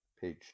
Page